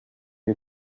you